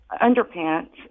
underpants